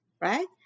right